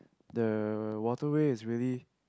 the waterway is really